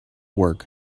work